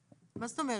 מה זאת אומרת?